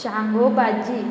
शांगो भाजी